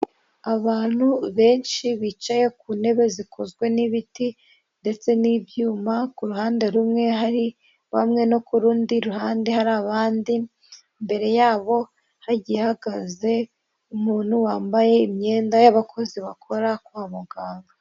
Abantu benshi bicaye ku ntebe zikozwe n'ibiti ndetse n'ibyuma, ku ruhande rumwe hari bamwe, no ku rundi ruhande hari abandi, imbere yabo hagihagaze umuntu wambaye imyenda y'abakozi bakora kwa muganga.